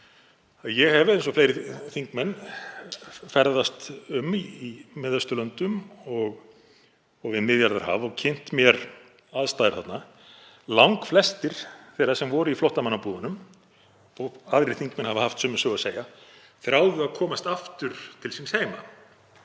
Ég hef eins og fleiri þingmenn ferðast um í Miðausturlöndum og við Miðjarðarhaf og kynnt mér aðstæður þarna. Langflestir þeirra sem voru í flóttamannabúðunum, aðrir þingmenn hafa sömu sögu að segja, þráðu að komast aftur til síns heima